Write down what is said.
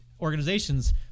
organizations